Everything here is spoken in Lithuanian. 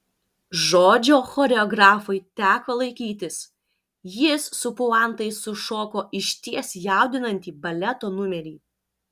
žodžio choreografui teko laikytis jis su puantais sušoko išties jaudinantį baleto numerį